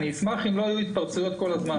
אשמח אם לא יהיו התפרצויות כל הזמן.